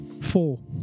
Four